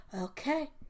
okay